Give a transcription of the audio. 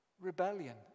rebellion